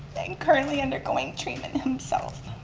and currently undergoing treatment himself.